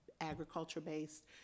agriculture-based